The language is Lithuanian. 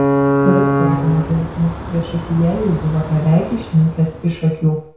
frico automobilis mūsų priešakyje jau buvo beveik išnykęs iš akių